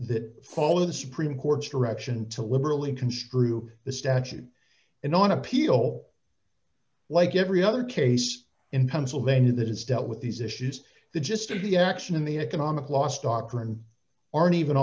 that follow the supreme court's direction to literally construe the statute in on appeal like every other case in pennsylvania that has dealt with these issues the gist of the action in the economic loss doctrine aren't even